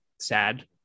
sad